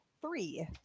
Three